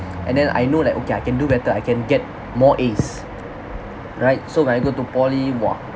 and then I know like okay I can do better I can get more As right so when I go to poly !wah!